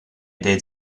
deed